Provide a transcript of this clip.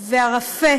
והרפה